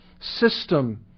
system